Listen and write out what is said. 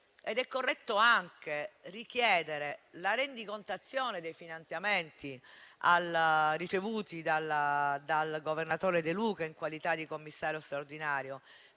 È corretto anche richiedere la rendicontazione dei finanziamenti ricevuti dal governatore De Luca in qualità di commissario straordinario,